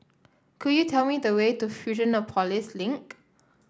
could you tell me the way to Fusionopolis Link